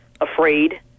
afraid